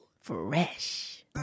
Fresh